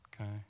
okay